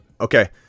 okay